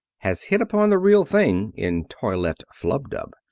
has hit upon the real thing in toilette flub-dub.